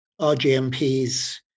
RGMPs